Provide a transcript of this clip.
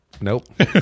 nope